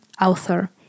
author